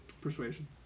Persuasion